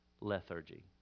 lethargy